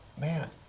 man